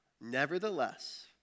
Nevertheless